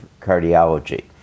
cardiology